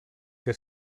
que